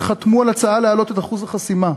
חתמו על הצעה להעלות את אחוז החסימה,